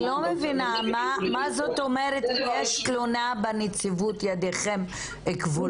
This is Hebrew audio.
לא מבינה מה זאת אומרת כשיש תלונה בנציבות ידיכם כבולות.